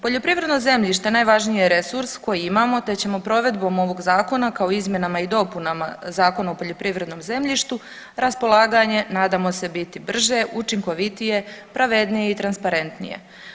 Poljoprivredno zemljište najvažniji je resurs koji imamo, te ćemo provedbom ovog zakona, kao i izmjenama i dopunama Zakona o poljoprivrednom zemljištu raspolaganje nadamo se biti brže, učinkovitije, pravednije i transparentnije.